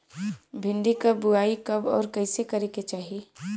भिंडी क बुआई कब अउर कइसे करे के चाही?